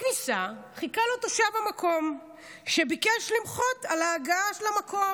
בכניסה חיכה לו תושב המקום שביקש למחות על ההגעה למקום.